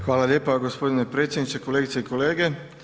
Hvala lijepo gospodine predsjedniče, kolegice i kolege.